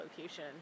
location